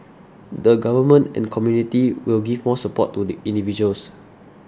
the government and community will give more support to the individuals